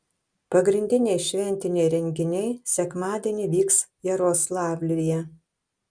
pagrindiniai šventiniai renginiai sekmadienį vyks jaroslavlyje